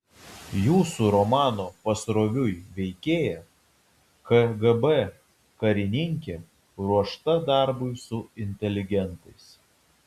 jūsų romano pasroviui veikėja kgb karininkė ruošta darbui su inteligentais